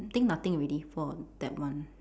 I think nothing already for that one